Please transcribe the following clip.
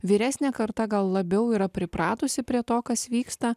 vyresnė karta gal labiau yra pripratusi prie to kas vyksta